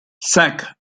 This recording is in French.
cinq